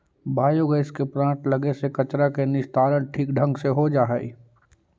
biogas के plant लगे से कचरा के निस्तारण ठीक ढंग से हो जा हई